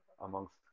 amongst